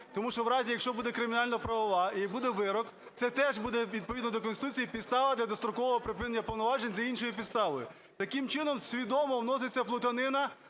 Тому що в разі, якщо буде кримінально-правова і буде вирок, це теж буде відповідно до Конституції підстава для дострокового припинення повноважень за іншою підставою. Таким чином, свідомо вноситься плутанина